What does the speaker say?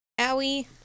Owie